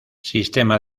sistema